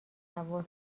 تصور